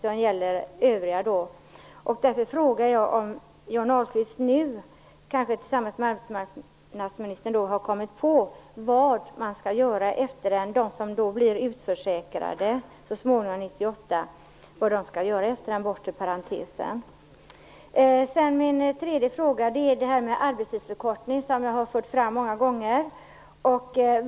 Därför undrar jag om Johnny Ahlqvist tillsammans med arbetsmarknadsministern nu har kommit på vad de som blir utförsäkrade 1998 skall göra efter den bortre parentesen. En annan fråga gäller detta med arbetstidsförkortning, som jag har fört fram många gånger.